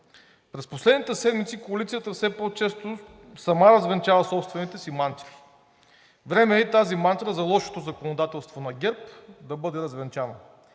През последните седмици коалицията все по-често сама развенчава собствените си мантри. Време е и тази мантра за лошото законодателство на ГЕРБ да бъде развенчана.